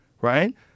Right